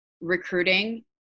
recruiting